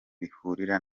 bihurira